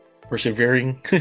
persevering